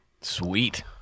Sweet